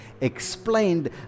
explained